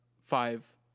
five